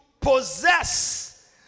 possess